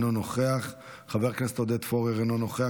אינו נוכח,